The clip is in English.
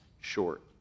short